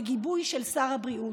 בגיבוי של שר הבריאות.